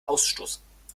ausstoßen